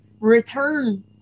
return